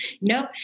Nope